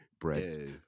bread